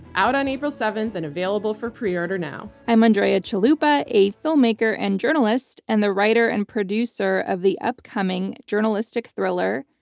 out on april seventh and available for pre-order now. i'm andrea chalupa, a filmmaker and journalist and the writer and producer of the upcoming journalistic thriller,